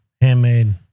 Handmade